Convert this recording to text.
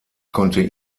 konnte